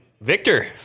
Victor